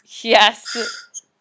Yes